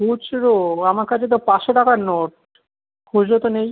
খুচরো আমার কাছে তো পাঁচশো টাকার নোট খুজরো তো নেই